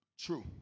true